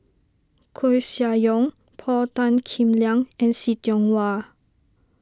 Koeh Sia Yong Paul Tan Kim Liang and See Tiong Wah